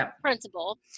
principal